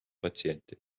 patsienti